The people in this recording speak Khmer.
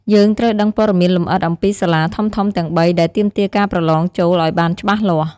យើងត្រូវដឹងព័ត៌មានលម្អិតអំពីសាលាធំៗទាំងបីដែលទាមទារការប្រឡងចូលឱ្យបានច្បាស់លាស់។